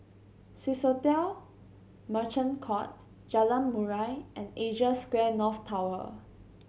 Swissotel Merchant Court Jalan Murai and Asia Square North Tower